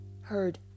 heard